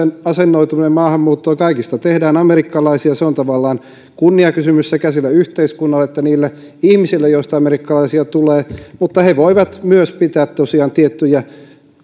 asennoituminen maahanmuuttoon kaikista tehdään amerikkalaisia se on tavallaan kunniakysymys sekä sille yhteiskunnalle että niille ihmisille joista amerikkalaisia tulee mutta tulijat voivat tosiaan myös pitää tiettyjä